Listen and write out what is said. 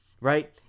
right